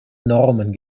normen